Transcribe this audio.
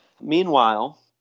Meanwhile